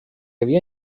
havia